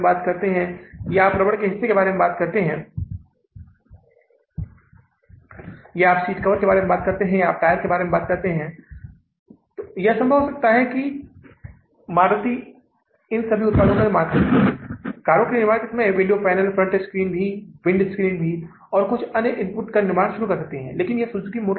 अब हम वापस जाते हैं और फिर से अगस्त के महीने के लिए बजट तैयार करते हैं यदि आप अगस्त के महीने के लिए बजट तैयार करते हैं तो अब यहाँ क्या शुरुआती शेष है जुलाई महीने के लिए समापन शेष कितना है 25470 डॉलर और यह अब अगस्त महीने के लिए शुरुआती शेष बन जाएगा